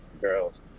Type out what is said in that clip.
girls